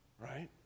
right